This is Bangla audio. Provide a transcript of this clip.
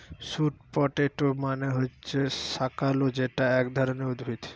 স্যুট পটেটো মানে হচ্ছে শাকালু যেটা এক ধরণের উদ্ভিদ